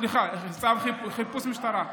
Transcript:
סליחה, צו חיפוש משטרה.